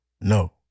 No